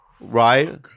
Right